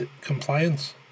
Compliance